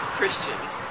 Christians